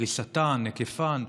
פריסתן והיקפן,